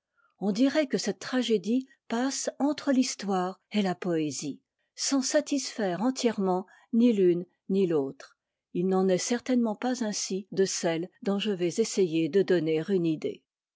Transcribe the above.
on dirait que i cette tragédie passe entre l'histoire et la poésie sans satisfaire entièrement ni l'une ni l'autre il n'en est certainement pas ainsi de celle dont je vais essaver de donner une idée